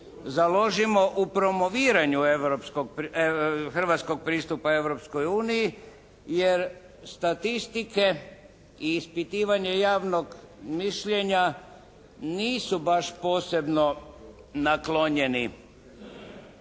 založimo u promoviranju europskog, hrvatskog pristupa Europskoj uniji jer statistike i ispitivanja javnog mišljenja nisu baš posebno naklonjeni